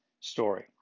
story